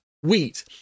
wheat